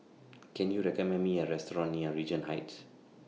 Can YOU recommend Me A Restaurant near Regent Heights